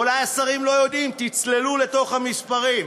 אולי השרים לא יודעים, תצללו לתוך המספרים.